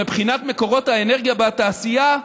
מבחינת מקורות האנרגיה בתעשייה,